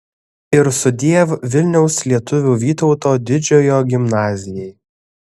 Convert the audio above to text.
ir sudiev vilniaus lietuvių vytauto didžiojo gimnazijai